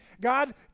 God